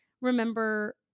remember